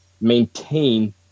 maintain